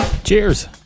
Cheers